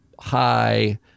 high